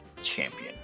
champion